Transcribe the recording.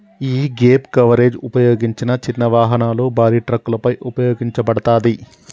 యీ gap coverage ఉపయోగించిన చిన్న వాహనాలు, భారీ ట్రక్కులపై ఉపయోగించబడతాది